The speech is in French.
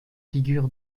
figure